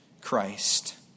Christ